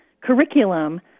curriculum